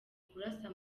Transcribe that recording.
kurasa